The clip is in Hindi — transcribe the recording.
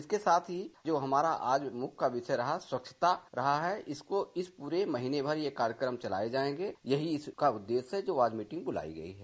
इसके साथ ही आज जो हमारा मुख्य का विषय रहा स्वच्छता रहा है इसको इस पूरे महीने भर यह कार्यक्रम चलाये जायेंगे यही इसका उददेश्य है जो आज मीटिंग बुलाई गई है